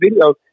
videos